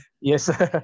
Yes